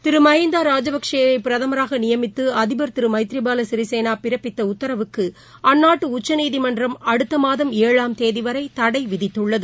திருமகிந்தாராஜபக்சேயைபிரதமராகநியமித்து அதிபர் திருமைதிரிபாலசிறிசேனாபிறப்பித்தஉத்தரவுக்குஅந்நாட்டுஉச்சநீதிமன்றம் அடுத்தமாதம் ஏழாம் தேதிவரைதடைவிதித்துள்ளது